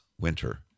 winter